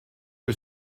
que